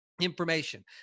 information